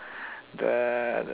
the